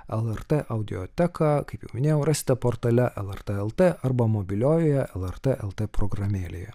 lrt audioteką kaip jau minėjau rasite portale lrt el t arba mobiliojoje lrt el t programėlėje